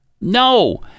No